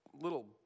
little